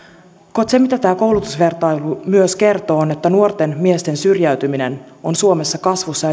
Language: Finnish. apuamme se mitä tämä koulutusvertailu myös kertoo on että nuorten miesten syrjäytyminen on suomessa kasvussa